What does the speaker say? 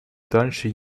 дальше